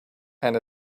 and